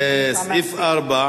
יש סיעות